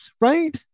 right